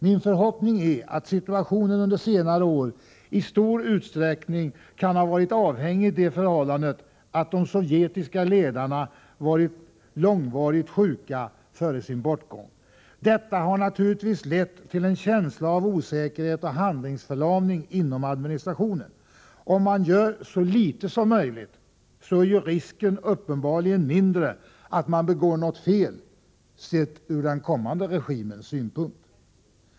Min förhoppning är att situationen under senare år i stor utsträckning kan ha varit avhängig av det förhållandet att de sovjetiska ledarna har varit långvarigt sjuka före sin bortgång. Det har naturligtvis lett till en känsla av osäkerhet och handlingsförlamning inom administrationen. Om man gör så litet som möjligt är risken uppenbarligen mindre att man begår något fel, sett ur den kommande regimens synpunkt.